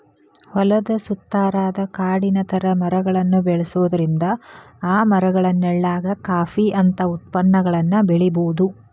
ಹೊಲದ ಸುತ್ತಾರಾದ ಕಾಡಿನ ತರ ಮರಗಳನ್ನ ಬೆಳ್ಸೋದ್ರಿಂದ ಆ ಮರಗಳ ನೆಳ್ಳಾಗ ಕಾಫಿ ಅಂತ ಉತ್ಪನ್ನಗಳನ್ನ ಬೆಳಿಬೊದು